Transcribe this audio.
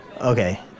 Okay